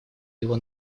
его